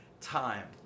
time